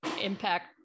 impact